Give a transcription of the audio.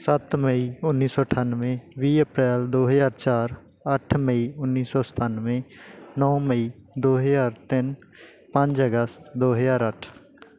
ਸੱਤ ਮਈ ਉੱਨੀ ਸੌ ਅਠਾਨਵੇਂ ਵੀਹ ਅਪ੍ਰੈਲ ਦੋ ਹਜ਼ਾਰ ਚਾਰ ਅੱਠ ਮਈ ਉੱਨੀ ਸੌ ਸਤਾਨਵੇਂ ਨੌਂ ਮਈ ਦੋ ਹਜ਼ਾਰ ਤਿੰਨ ਪੰਜ ਅਗਸਤ ਦੋ ਹਜ਼ਾਰ ਅੱਠ